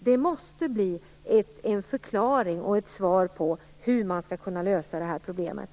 Det måste bli en förklaring och ett svar på frågan om hur man skall kunna lösa det här problemet.